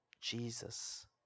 Jesus